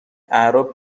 اعراب